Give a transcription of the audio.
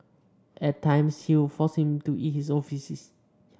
at times he would force him to eat his own faeces